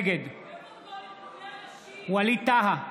נגד ווליד טאהא,